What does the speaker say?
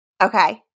Okay